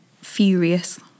furious